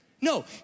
No